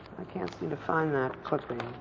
i can't seem to find that clipping.